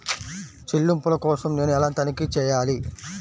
చెల్లింపుల కోసం నేను ఎలా తనిఖీ చేయాలి?